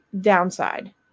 downside